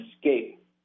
escape